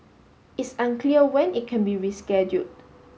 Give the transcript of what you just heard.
it's unclear when it can be rescheduled